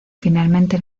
finalmente